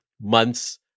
months